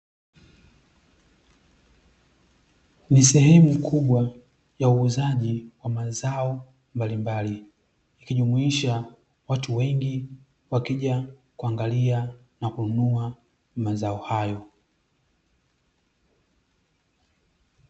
Ni sehemu kubwa ya uuzaji wa mazao mbalimbali, ikijumuisha watu wengi wakija kuangalia na kununua mazao hayo.